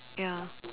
ya